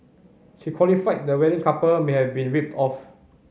she qualified the wedding couple may have been ripped off